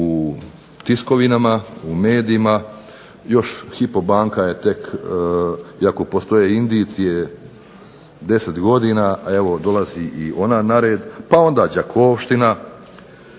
u tiskovinama, u medijima, još Hypo banka je, iako postoje indicije 10 godina, dolazi i ona na red, pa onda Đakovština,